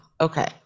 Okay